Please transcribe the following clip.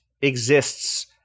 exists